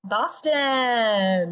Boston